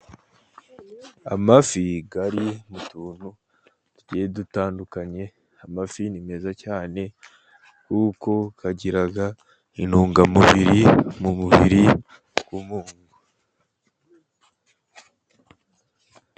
Amafi ari mu tuntu tune dutandukanye. Amafi ni meza cyane kuko agira intungamubiri mu mubiri w'umuntu.